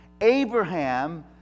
Abraham